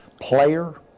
player